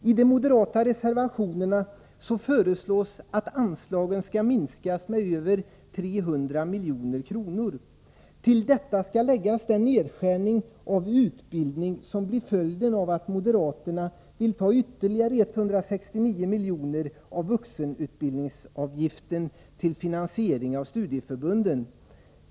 I de moderata reservationerna föreslås att anslagen skall minskas med över 300 milj.kr. Till detta skall läggas den nedskärning av utbildning som blir följden av att moderaterna vill ta ytterligare 169 miljoner av vuxenutbild | ningsavgiften till finansiering av studieförbunden.